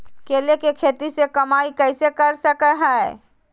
केले के खेती से कमाई कैसे कर सकय हयय?